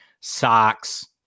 socks